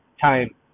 time